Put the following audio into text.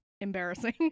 embarrassing